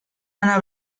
ana